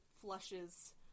flushes